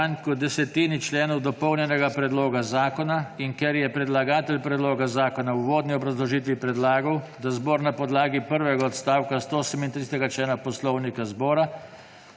k manj kot desetini členov dopolnjenega predloga zakona in ker je predlagatelj predloga zakona v uvodni obrazložitvi predlagal, da zbor na podlagi prvega odstavka 138. člena Poslovnika še na